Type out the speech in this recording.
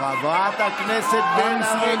אבל לא צריך לימודי חשבון, חברת הכנסת בן ארי,